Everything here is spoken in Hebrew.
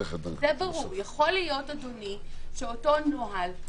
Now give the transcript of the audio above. יכול להיות שאותו נוהל,